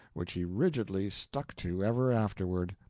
which he rigidly stuck to ever afterward,